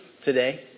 today